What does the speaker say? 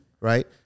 Right